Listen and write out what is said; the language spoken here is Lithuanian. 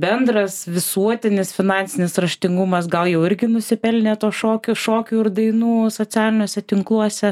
bendras visuotinis finansinis raštingumas gal jau irgi nusipelnė to šokių šokių ir dainų socialiniuose tinkluose